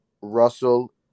Russell